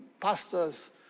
pastors